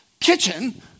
kitchen